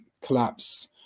collapse